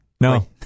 No